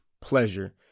pleasure